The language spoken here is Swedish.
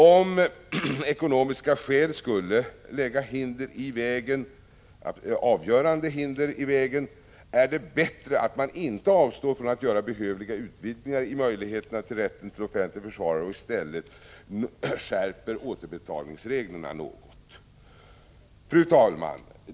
Om ekonomiska skäl skulle lägga avgörande hinder i vägen, är det bättre att man inte avstår från att göra behövliga utvidgningar av rätten till offentlig försvarare utan i stället skärper återbetalningsreglerna något. Fru talman!